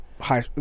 High